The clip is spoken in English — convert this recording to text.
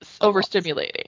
overstimulating